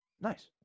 Nice